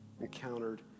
encountered